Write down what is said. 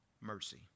mercy